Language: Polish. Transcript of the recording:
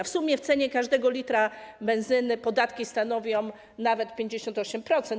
W sumie w cenie każdego litra benzyny podatki stanowią nawet 58%.